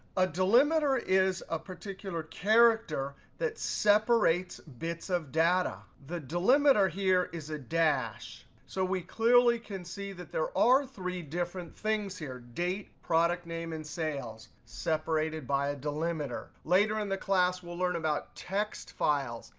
a delimiter is a particular character that separates bits of data. the delimiter here is a dash. so we clearly can see that there are three different things here, date, product name, and sales, separated by a delimiter. later in the class, we'll learn about text files.